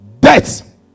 death